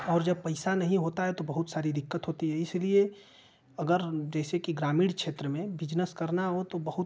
और जब पैसा नहीं होता है तो बहुत सारी दिक्कत होती है इसलिए अगर जैसे की ग्रामीण क्षेत्र में बिजनेस करना हो तो बहुत